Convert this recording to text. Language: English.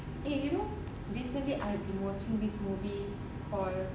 eh you know recently I've been watching this movie or